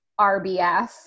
RBF